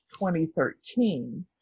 2013